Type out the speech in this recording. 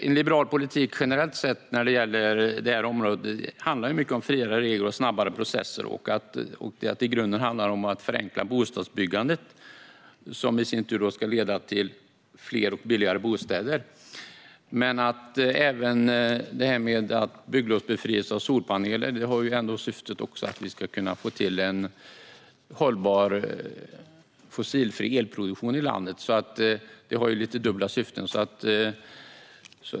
En liberal politik, generellt sett när det gäller detta område, handlar mycket om friare regler och snabbare processer. Det handlar i grunden om att förenkla bostadsbyggandet, vilket i sin tur ska leda till fler och billigare bostäder. Men bygglovsbefrielse i fråga om solpaneler har också syftet att vi ska kunna få till en hållbar fossilfri elproduktion i landet. Det blir alltså lite dubbla syften.